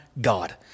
God